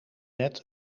net